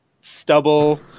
stubble